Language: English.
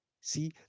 See